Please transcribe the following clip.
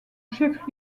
chef